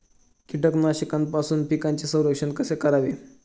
कीटकांपासून पिकांचे संरक्षण कसे करावे?